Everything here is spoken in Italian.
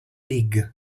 league